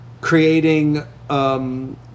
creating